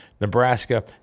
Nebraska